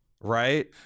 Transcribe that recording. right